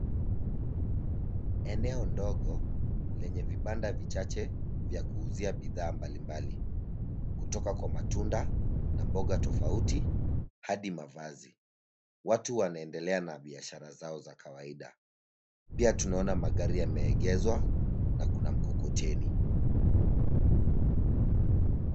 Eneo ndogo lenye vibanda vichache vya kuuzia bidhaa mbalimbali, kutoka kwa matunda na mboga tofauti hadi mavazi. Watu wanendelea na biashara zao za kawaida. Pia tunaona magari yemeegezwa na kuna mkokoteni.